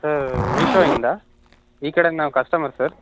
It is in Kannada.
ಸರ್ ಮೀಶೋಯಿಂದ ಈ ಕಡೆಯಿಂದ ನಾವು ಕಸ್ಟಮರ್ ಸರ್